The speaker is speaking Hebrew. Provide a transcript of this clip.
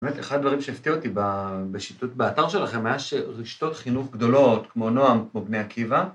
באמת אחד הדברים שהפתיע אותי בשיטוט באתר שלכם היה שרשתות חינוך גדולות כמו נועם, כמו בני עקיבא